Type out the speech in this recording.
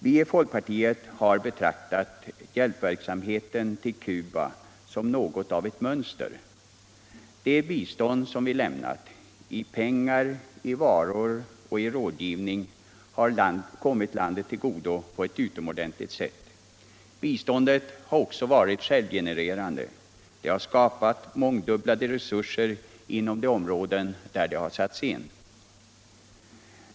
Vi i folkpartiet har betraktat hjälpverksamheten till Cuba som något av ett mönster. Det bistånd som Sverige lämnar — i pengar, i varor och i rådgivning — har kommit landet ut godo på ett utomordentligt sätt. Biståndet har också varit självgenererande; det har skapat mångdubblade resurser inom de områden där det satts in.